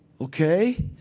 ok,